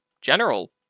general